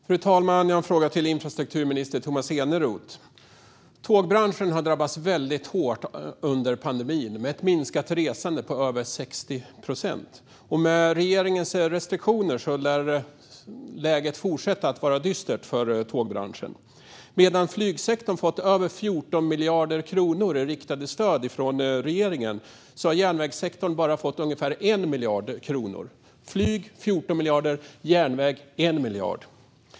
Fru talman! Jag har en fråga till infrastrukturminister Tomas Eneroth. Tågbranschen har drabbats väldigt hårt under pandemin med ett minskat resande på över 60 procent. Med regeringens restriktioner lär läget fortsätta vara dystert för tågbranschen. Medan flygsektorn har fått över 14 miljarder kronor från regeringen i riktade stöd har järnvägssektorn bara fått ungefär 1 miljard kronor.